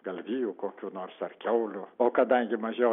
galvijų kokių nors ar kiaulių o kadangi mažiau